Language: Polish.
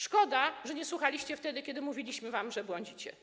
Szkoda, że nie słuchaliście nas wtedy, kiedy mówiliśmy wam, że błądzicie.